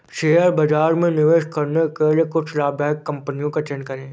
share बाजार में निवेश करने के लिए कुछ लाभदायक कंपनियों का चयन करें